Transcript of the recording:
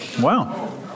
Wow